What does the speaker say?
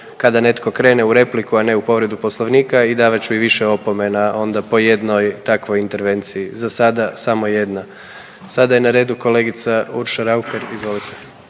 kada netko krene u repliku, a ne u povredu Poslovnika i davat ću i više opomena onda po jednoj takvoj intervenciji. Za sada samo jedna. Sada je na redu kolegica Urša Raukar, izvolite.